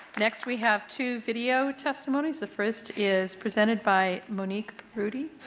next we have two video testimonies. the first is presented by monique baroudi.